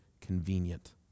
convenient